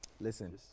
Listen